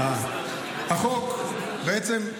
החוק, בעצם,